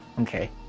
Okay